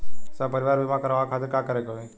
सपरिवार बीमा करवावे खातिर का करे के होई?